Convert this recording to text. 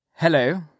Hello